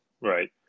Right